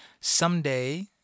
someday